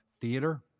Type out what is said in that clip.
theater